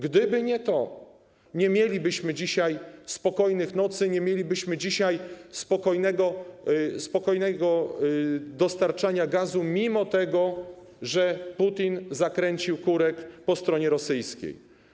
Gdyby nie to, nie mielibyśmy dzisiaj spokojnych nocy, nie mielibyśmy dzisiaj spokojnego dostarczania gazu mimo tego, że Putin zakręcił kurek po stronie rosyjskiej.